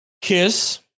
Kiss